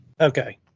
Okay